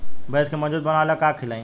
भैंस के मजबूत बनावे ला का खिलाई?